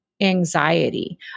anxiety